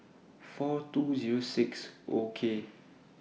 four two Zero six O K